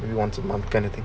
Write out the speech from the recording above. once a month kind of thing